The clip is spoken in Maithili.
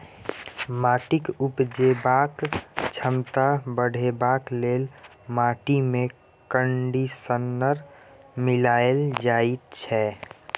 माटिक उपजेबाक क्षमता बढ़ेबाक लेल माटिमे कंडीशनर मिलाएल जाइत छै